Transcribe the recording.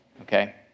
okay